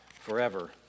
forever